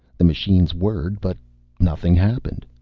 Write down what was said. the machines whirred, but nothing happened.